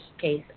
case